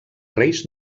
reis